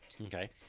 Okay